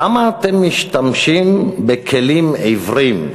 למה אתם משתמשים בכלים עיוורים,